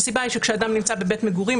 הסיבה היא שכשאדם נמצא בבית מגורים,